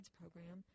program